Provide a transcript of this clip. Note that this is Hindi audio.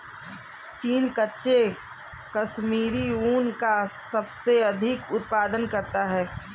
चीन कच्चे कश्मीरी ऊन का सबसे अधिक उत्पादन करता है